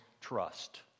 trust